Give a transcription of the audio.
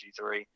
G3